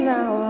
Now